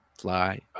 Fly